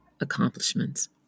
accomplishments